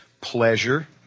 pleasure